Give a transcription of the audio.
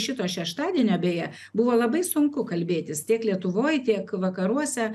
šito šeštadienio beje buvo labai sunku kalbėtis tiek lietuvoj tiek vakaruose